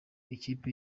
ikipe